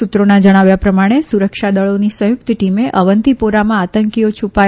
સૂત્રોના જણાવ્યા પ્રમાણે સુરક્ષા દળોની સંયુક્ત ટીમે અવંતીપોરામાં આતંકીઓ છૂપા